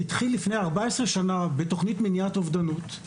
לפני 14 שנה הוא התחיל בתוכנית למניעת אובדנות,